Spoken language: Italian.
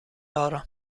loro